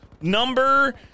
number